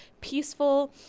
peaceful